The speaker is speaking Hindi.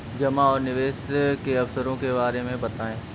जमा और निवेश के अवसरों के बारे में बताएँ?